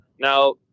now